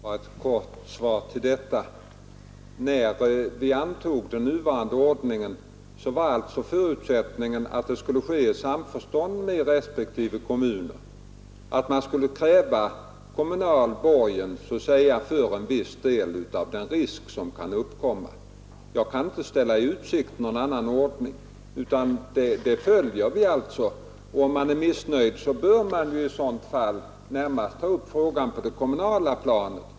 Herr talman! När riksdagen antog den nuvarande ordningen var förutsättningen att handläggningen av lånefrågorna skulle ske i samförstånd med respektive kommuner och att man skulle kräva kommunal borgen för en viss del av den risk som kunde uppkomma. Jag kan inte ställa i utsikt någon annan ordning. Vi följer här bara riksdagens beslut. Den som är missnöjd bör närmast ta upp frågan på det kommunala planet.